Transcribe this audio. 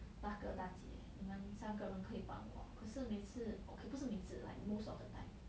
大哥大姐你们三个人可以帮我可是每次 okay 不是每次 like most of the time